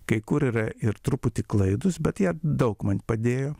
kai kur yra ir truputį klaidūs bet jie daug man padėjo